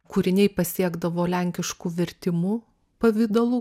kūriniai pasiekdavo lenkiškų vertimų pavidalu